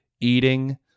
Eating